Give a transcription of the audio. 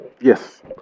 Yes